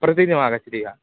प्रतिदिनमागच्छति वा